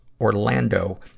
Orlando